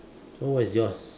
so what is yours